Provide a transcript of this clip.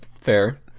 Fair